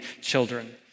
children